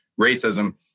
racism